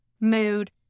mood